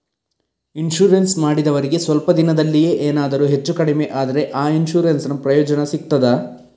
Insurance ಮಾಡಿದವರಿಗೆ ಸ್ವಲ್ಪ ದಿನದಲ್ಲಿಯೇ ಎನಾದರೂ ಹೆಚ್ಚು ಕಡಿಮೆ ಆದ್ರೆ ಆ ಇನ್ಸೂರೆನ್ಸ್ ನ ಪ್ರಯೋಜನ ಸಿಗ್ತದ?